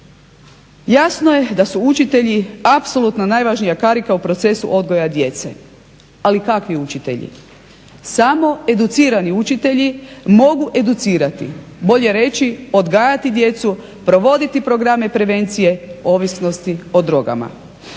Jasno je da su učitelji apsolutno najvažnija karika u procesu odgoja djece ali kakvi učitelji? Samo educirani učitelji mogu educirati, bolje reći odgajati djecu, provoditi programe prevencije ovisnosti o drogama.